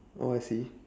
oh I see